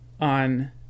on